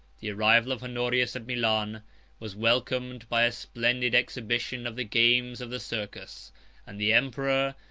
the arrival of honorius at milan was welcomed by a splendid exhibition of the games of the circus and the emperor,